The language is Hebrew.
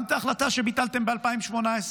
גם את ההחלטה שביטלתם ב-2018,